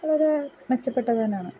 വളരെ മെച്ചപ്പെട്ടത് തന്നെയാണ്